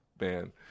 Man